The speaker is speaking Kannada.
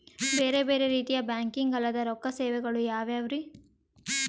ಬೇರೆ ಬೇರೆ ರೀತಿಯ ಬ್ಯಾಂಕಿಂಗ್ ಅಲ್ಲದ ರೊಕ್ಕ ಸೇವೆಗಳು ಯಾವ್ಯಾವ್ರಿ?